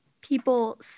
people